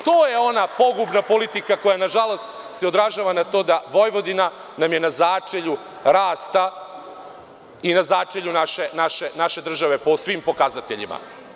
E, to je ona pogubna politika koja, nažalost, se odražava na to da Vojvodina nam je na začelju rasta i na začelju naše države, po svim pokazateljima.